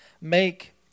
Make